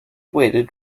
waited